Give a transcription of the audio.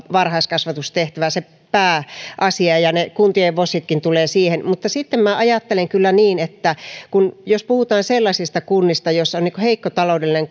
varhaiskasvatustehtävät ovat se pääasia ja ne kuntien vositkin tulevat siihen mutta sitten minä ajattelen kyllä niin että jos puhutaan sellaisista kunnista joissa on heikko taloudellinen